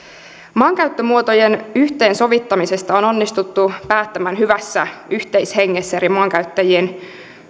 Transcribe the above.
maankäyttömuotojen yhteensovittamisesta on onnistuttu päättämään hyvässä yhteishengessä eri maankäyttäjien